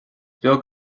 beag